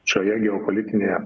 šioje geopolitinėje